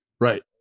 right